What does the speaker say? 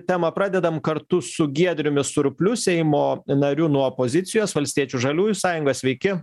temą pradedam kartu su giedriumi surpliu seimo nariu nuo opozicijos valstiečių žaliųjų sąjunga sveiki